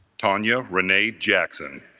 tanya renee jackson